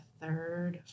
third